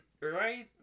Right